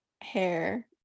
hair